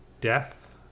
death